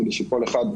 כדי שכל אחד,